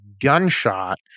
gunshot